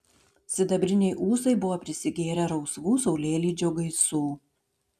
sidabriniai ūsai buvo prisigėrę rausvų saulėlydžio gaisų